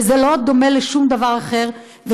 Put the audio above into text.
וזה לא דומה לשום דבר אחר.